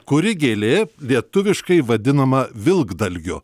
kuri gėlė lietuviškai vadinama vilkdalgiu